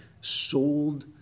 sold